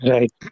Right